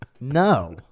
No